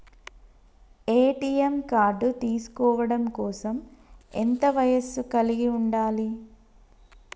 ATM card తీసుకోవడం కోసం ఎంత వయస్సు కలిగి ఉండాలి?